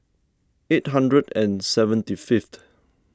eight hundred and seventy fiith